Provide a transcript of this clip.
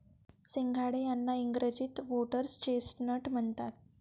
सिंघाडे यांना इंग्रजीत व्होटर्स चेस्टनट म्हणतात